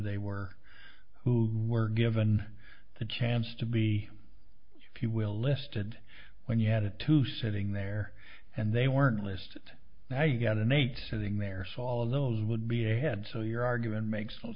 they were who were given the chance to be if you will listed when you had a two sitting there and they weren't list now you've got an eight sitting there so all of those would be a head so your argument makes